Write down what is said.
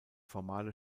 formale